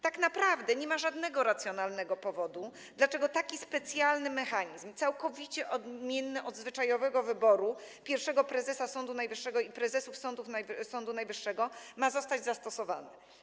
Tak naprawdę nie ma żadnego racjonalnego powodu, dla którego taki specjalny mechanizm, całkowicie odmienny od mechanizmu zwyczajowego wyboru pierwszego prezesa Sądu Najwyższego i prezesów Sądu Najwyższego, ma zostać zastosowany.